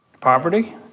poverty